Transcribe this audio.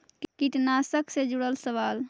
कीटनाशक से जुड़ल सवाल?